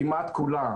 כמעט כולה,